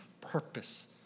purpose